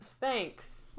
Thanks